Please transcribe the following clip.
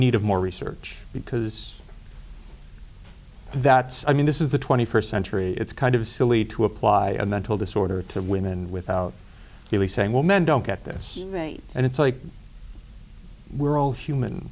need of more research because that's i mean this is the twenty first century it's kind of silly to apply a mental disorder to women without really saying well men don't get this straight and it's like we're all human